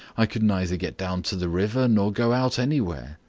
i could neither get down to the river, nor go out anywhere.